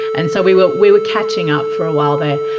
and so we were we were catching up for a while there.